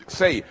say